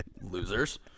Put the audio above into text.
losers